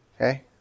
Okay